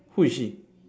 who is she